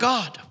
God